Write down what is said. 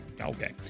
okay